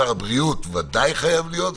שר הבריאות ודאי חייב להיות,